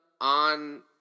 on